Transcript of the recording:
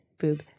Boob